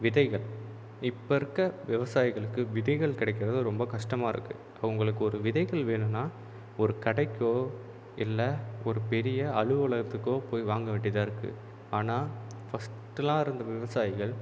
விதைகள் இப்போ இருக்க விவசாயிகளுக்கு விதைகள் கிடைக்குறது ரொம்ப கஷ்டமாக இருக்குது அவங்களுக்கு ஒரு விதைகள் வேணும்ன்னா ஒரு கடைக்கோ இல்லை ஒரு பெரிய அலுவலகத்துக்கோ போய் வாங்க வேண்டியதாக இருக்குது ஆனால் ஃபஸ்ட்லாம் இருந்த விவசாயிகள்